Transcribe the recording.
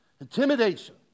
intimidation